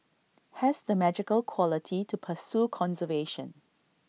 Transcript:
has the magical quality to pursue conservation